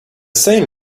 same